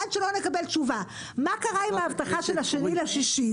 עד שלא נקבל תשובה מה קרה עם ההבטחה של ה-2 ביוני,